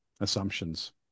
assumptions